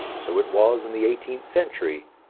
so it was in the eighteenth century,